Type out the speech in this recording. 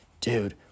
dude